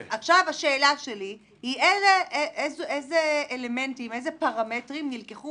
אז עכשיו השאלה שלי היא איזה פרמטרים נלקחו